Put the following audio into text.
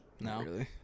No